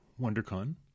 WonderCon